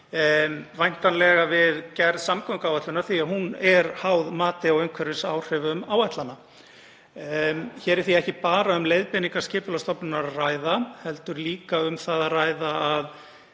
til við gerð samgönguáætlunar af því að hún er háð mati á umhverfisáhrifum áætlana. Hér er því ekki bara um leiðbeiningar Skipulagsstofnunar að ræða heldur er líka um það að ræða að